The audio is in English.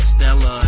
Stella